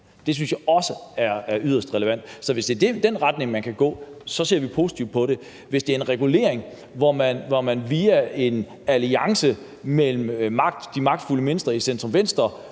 Det synes jeg også er yderst relevant at vide. Så hvis det er i den retning, man kan gå, så ser vi positivt på det. Hvis det er en regulering, hvor man via en alliance mellem de magtfulde mennesker i centrum-venstrealliancen